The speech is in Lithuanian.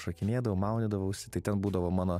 šokinėdavau maudydavausi tai ten būdavo mano